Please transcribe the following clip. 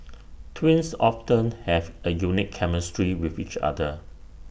twins often have A unique chemistry with each other